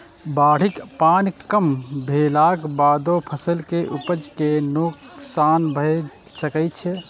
बाढ़िक पानि कम भेलाक बादो फसल के उपज कें नोकसान भए सकै छै